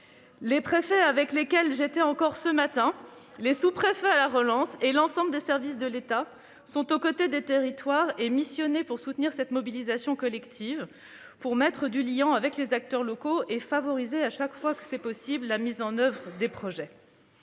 Les préfets, avec lesquels j'étais encore ce matin en réunion, les sous-préfets à la relance et l'ensemble des services de l'État sont aux côtés des territoires et missionnés pour soutenir cette mobilisation collective, mettre du liant avec les acteurs locaux et favoriser, chaque fois que c'est possible, la mise en oeuvre des projets.